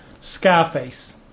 Scarface